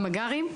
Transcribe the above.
במג״רים?